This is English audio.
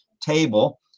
table